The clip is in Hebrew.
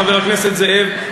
חבר הכנסת זאב,